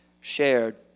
shared